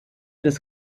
des